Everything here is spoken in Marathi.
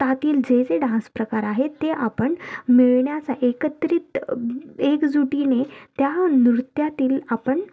तातील जे जे डान्सप्रकार आहेत ते आपण मिळण्यास एकत्रित एकजुटीने त्या नृत्यातील आपण